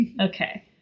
Okay